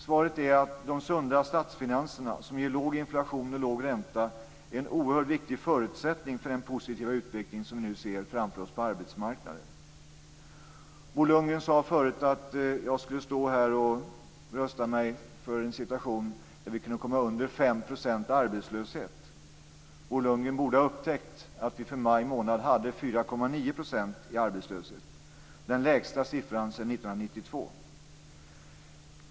Svaret är att de sunda statsfinanserna, som ger låg inflation och låg ränta, är en oerhört viktig förutsättning för den positiva utveckling som vi nu ser framför oss på arbetsmarknaden. Bo Lundgren sade förut att jag skulle stå här och rösta nej till en situation där vi skulle kunna komma under 5 % arbetslöshet. Bo Lundgren borde ha upptäckt att vi i maj månad hade en arbetslöshet på 4,9 %. Det är den lägsta siffran sedan 1992.